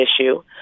issue